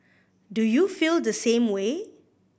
do you feel the same way